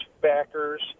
backers